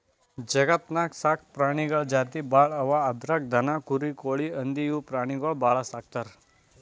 ಜಗತ್ತ್ನಾಗ್ ಸಾಕ್ ಪ್ರಾಣಿಗಳ್ ಜಾತಿ ಭಾಳ್ ಅವಾ ಅದ್ರಾಗ್ ದನ, ಕುರಿ, ಕೋಳಿ, ಹಂದಿ ಇವ್ ಪ್ರಾಣಿಗೊಳ್ ಭಾಳ್ ಸಾಕ್ತರ್